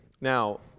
Now